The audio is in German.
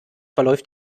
verläuft